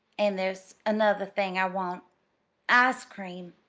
an' there's another thing i want ice cream.